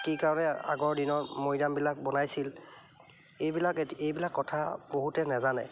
কি কাৰণে আগৰ দিনৰ মৈদামবিলাক বনাইছিল এইবিলাক এটি এইবিলাক কথা বহুতে নাজানে